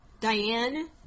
Diane